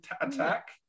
attack